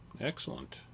Excellent